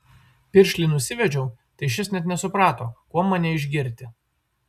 piršlį nusivedžiau tai šis net nesuprato kuom mane išgirti